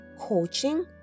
coaching